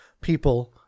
people